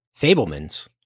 Fableman's